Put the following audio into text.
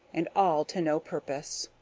and all to no purpose.